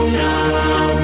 now